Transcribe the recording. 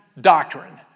doctrine